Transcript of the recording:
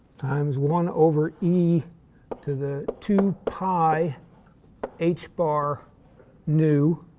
times one over e to the two pi h bar nu